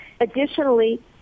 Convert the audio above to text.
Additionally